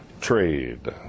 trade